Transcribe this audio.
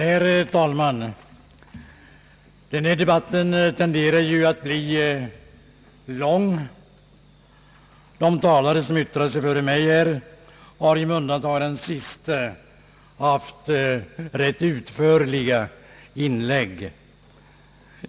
Herr talman! Denna debatt tenderar att bli lång. De talare som yttrat sig före mig har med undantag för den siste gjort rätt utförliga inlägg.